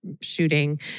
shooting